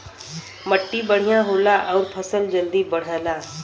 मट्टी बढ़िया होला आउर फसल जल्दी बढ़ला